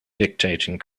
dictating